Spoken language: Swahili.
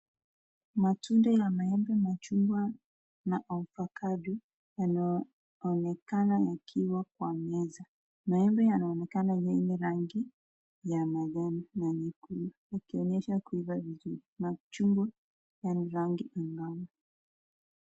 Matunda ya maembe machungwa na avocado yanaonekana yakiwa kwa meza. Maembe yanaonekana yenye rangi ya majani na nyekundu yakionyesha kuiva vizuri. Machungwa yaani rangi ya ng'ano.